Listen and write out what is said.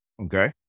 Okay